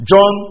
John